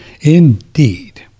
Indeed